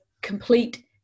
complete